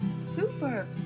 super